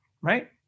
right